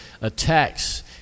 attacks